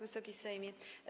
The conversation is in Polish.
Wysoki Sejmie!